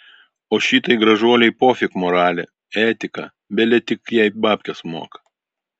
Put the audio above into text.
o šitai gražuolei pofik moralė etika bele tik jai babkes moka